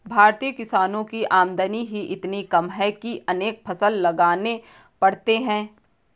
भारतीय किसानों की आमदनी ही इतनी कम है कि अनेक फसल लगाने पड़ते हैं